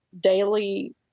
daily